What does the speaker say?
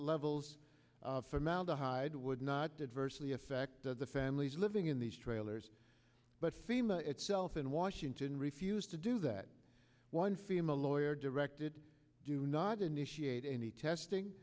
levels of formaldehyde would not diversity affected the families living in these trailers but fema itself in washington refused to do that one female lawyer directed do not initiate any testing